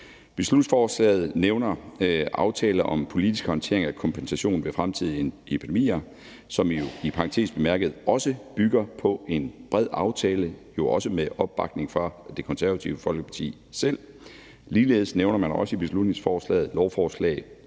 Beslutningsforslaget nævner aftalen om politisk håndtering af kompensation ved fremtidige epidemier, som jo i parentes bemærket også bygger på en bred aftale, også med opbakning fra Det Konservative Folkeparti selv. Ligeledes nævner man i beslutningsforslaget lovforslag